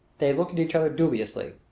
they looked at each other dubiously.